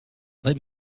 let